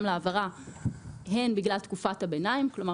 לעבירה הן בגלל תקופת הביניים - כלומר,